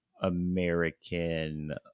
American